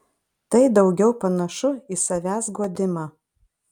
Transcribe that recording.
tai daugiau panašu į savęs guodimą